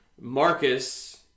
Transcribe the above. Marcus